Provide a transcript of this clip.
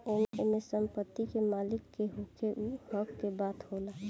एमे संपत्ति के मालिक के होखे उ हक के बात होला